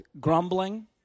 grumbling